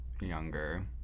younger